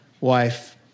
wife